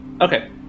okay